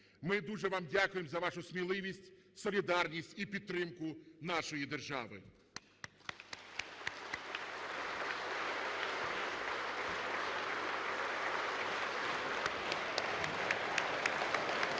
Ми дуже вам дякуємо за вашу сміливість, солідарність і підтримку нашої держави.